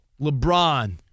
LeBron